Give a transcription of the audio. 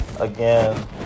again